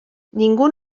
ningú